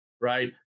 right